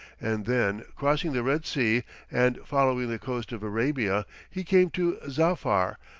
and then, crossing the red sea and following the coast of arabia, he came to zafar,